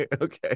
Okay